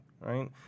right